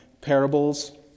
parables